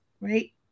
Right